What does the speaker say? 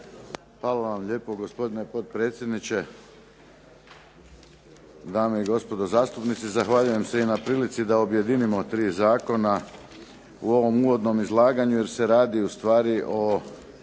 Hvala vam lijepo gospodine potpredsjedniče, dame i gospodo zastupnici. Zahvaljujem se na prilici da objedinimo tri Zakona u ovom uvodnom izlaganju jer se radi ustvari o